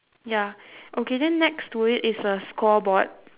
ya okay then next to it is a scoreboard